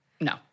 no